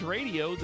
Radio